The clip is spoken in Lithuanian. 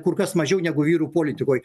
kur kas mažiau negu vyrų politikoj